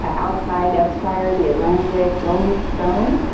um outside, esquire the atlantic, rolling stone.